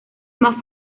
más